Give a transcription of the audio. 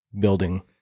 building